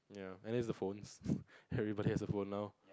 ya I think is the phones everybody has a phone now